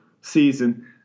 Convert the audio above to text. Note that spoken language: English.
season